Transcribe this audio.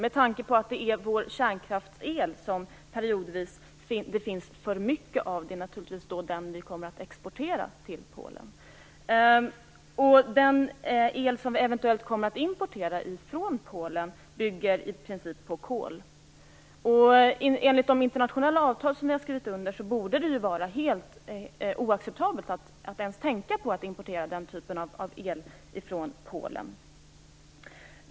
Det är ju kärnkraftsel det periodvis finns för mycket av, och då är det naturligtvis det vi kommer att exportera till Polen. Den el som vi eventuellt kommer att importera från Polen bygger i princip på kol. Enligt de internationella avtal vi har skrivit under borde det vara helt oacceptabelt att ens tänka på att importera den typen av el från Polen.